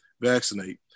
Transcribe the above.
vaccinate